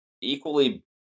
equally